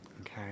Okay